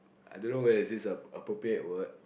I don't know whether is this a appropriate word